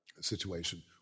situation